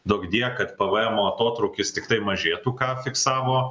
duokdie kad pvmo atotrūkis tiktai mažėtų ką fiksavo